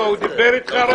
הוא דיבר אתך?